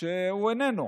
שהוא איננו.